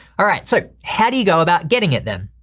all right so how do you go about getting it then?